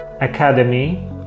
Academy